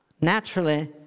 naturally